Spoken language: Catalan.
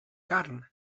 carn